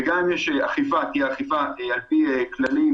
וגם יש אכיפה תהיה אכיפה על-פי כללים